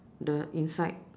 the inside